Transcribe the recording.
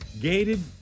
Gated